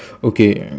okay